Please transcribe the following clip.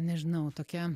nežinau tokia